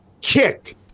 kicked